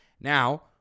Now